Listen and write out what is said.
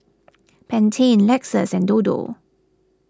Pantene Lexus and Dodo